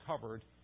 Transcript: covered